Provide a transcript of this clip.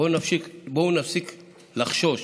בואו נפסיק לחשוש.